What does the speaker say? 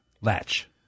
Latch